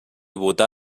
votar